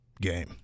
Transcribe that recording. Game